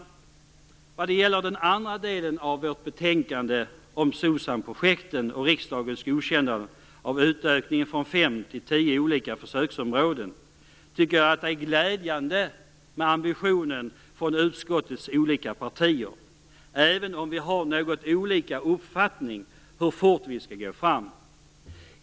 När det gäller den andra delen av vårt betänkande, som handlar om SOCSAM-projekten och riksdagens godkännande av utökningen från fem till tio olika försöksområden, tycker jag att det är glädjande med ambitionerna från olika partier i utskottet, även om vi har något olika uppfattning om hur fort vi skall gå fram.